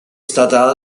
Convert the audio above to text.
stata